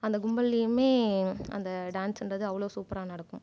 அந்த கும்பல்லையுமே அந்த டான்ஸ்ன்றது அவ்வளோ சூப்பராக நடக்கும்